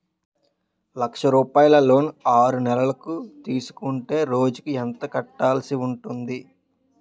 లక్ష రూపాయలు లోన్ ఆరునెలల కు తీసుకుంటే రోజుకి ఎంత కట్టాల్సి ఉంటాది?